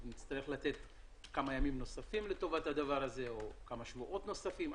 אולי נצטרך לתת כמה ימים נוספים לטובת הדבר הזה או כמה שבועות נוספים.